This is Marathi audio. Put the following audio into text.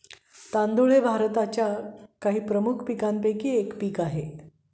तांदूळ हे भारताच्या काही प्रमुख पीकांपैकी एक पीक आहे